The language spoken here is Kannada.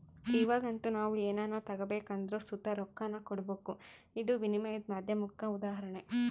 ಇವಾಗಂತೂ ನಾವು ಏನನ ತಗಬೇಕೆಂದರು ಸುತ ರೊಕ್ಕಾನ ಕೊಡಬಕು, ಇದು ವಿನಿಮಯದ ಮಾಧ್ಯಮುಕ್ಕ ಉದಾಹರಣೆ